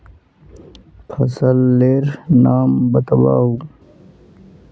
फसल लेर नाम बाताउ?